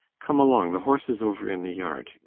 come along. the horse is over in the yard.